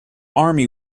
army